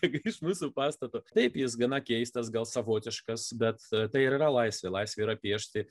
staiga iš mūsų pastato taip jis gana keistas gal savotiškas bet tai yra laisvė laisvė yra piešti